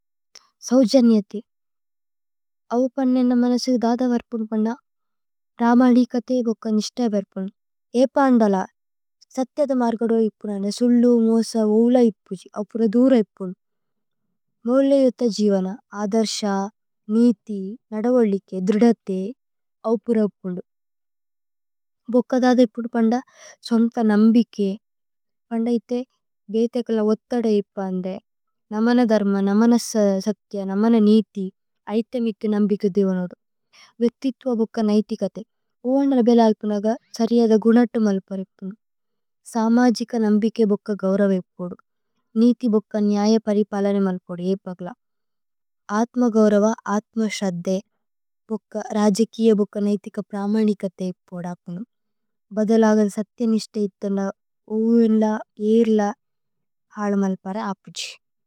സവജനിയതി। അവഫപനനിനന മനസിഗദാദാവരപണപണദാ, രാമാഡികതഇ ബഗകനിഷടായവരപണദ, ഏപാണഡലാ, സതിയദമാരഗഡവയിപണദ, സിലി, മഓസാ, ഓവലയിപണദ, അവഫപരദംരയിപണദ, മഓവലയിയതദ ജിവനാ, ആദരഷാ, നിതി, നഡവലികി, ദരഡതഇ, അവഫപരദംരിപണദ, ബഗകദാദയിപണദ, സഉനത നമബികി, പംഡായിതഇ, ബിഏതകലല ഉതധഡയിപാംദഇ, നമന ദരമ, നമന സതയ, നമന നിതി, ആഇതമിതി നമബികി ദിവനഓഡു। വിതിതവ ബഗഗ നാഇതി കതഇ, ഓവനഡല ബിലാലപണഗ സരിയദ ഗഁണടമലപരിപണു। സാമാജിക നമബികി ബഗഗ ഗഉരവ ഇപഗദു। നിതി ബഗഗ നാഇതി പരിപാലനി മലപഡി ഏപഗളാ। ആതമ ഗഉരവ ആതമ ശദദഇ ബഗഗ രാജകിയ ബഗഗ നഇതിക പരാമാണി കതദഇ പഓഡാപനം। ബദദലാഗദ സതതി നിഷടഇ ഇതന ഓവിലല ഏരല പാലമലപാരാ ആപചി।